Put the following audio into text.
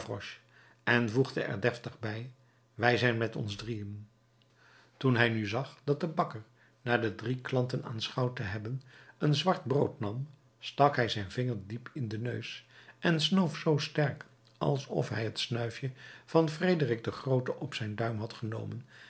en voegde er deftig bij wij zijn met ons drieën toen hij nu zag dat de bakker na de drie klanten aanschouwd te hebben een zwart brood nam stak hij zijn vinger diep in den neus en snoof zoo sterk alsof hij het snuifje van frederik den groote op zijn duim had gehad